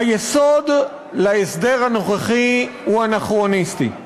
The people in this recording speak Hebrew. היסוד להסדר הנוכחי הוא אנכרוניסטי.